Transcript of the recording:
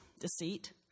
deceit